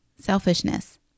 selfishness